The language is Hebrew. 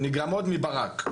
שנגרמות מברק.